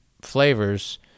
flavors